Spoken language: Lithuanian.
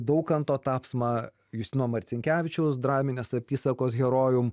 daukanto tapsmą justino marcinkevičiaus draminės apysakos herojum